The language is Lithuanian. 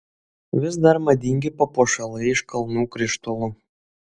vis dar madingi papuošalai iš kalnų krištolų